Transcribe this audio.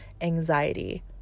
anxiety